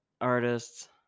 artists